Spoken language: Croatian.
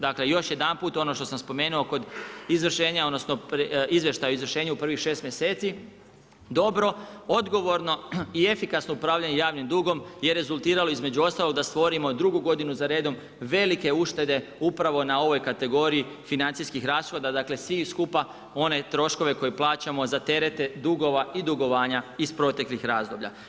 Dakle još jedanput ono što sam spomenuo kod izvršenja, odnosno Izvještaja o izvršenju u prvih 6 mjeseci dobro, odgovorno i efikasno upravljanje javnim dugom je rezultiralo između ostalog da stvorimo i drugu godinu za redom velike uštede upravo na ovoj kategoriji financijskih rashoda, dakle svi skupa one troškove koje plaćamo za terete dugova i dugovanja iz proteklih razdoblja.